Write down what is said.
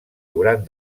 hauran